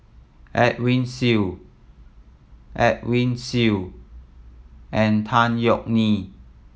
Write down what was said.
Edwin Siew Edwin Siew and Tan Yeok Nee